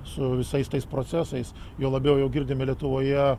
su visais tais procesais juo labiau jau girdime lietuvoje